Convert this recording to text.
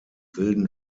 wilden